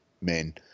men